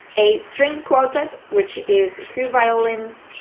a string quartet which is two violins,